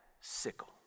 sickle